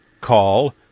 call